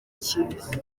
cyiza